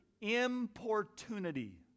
importunity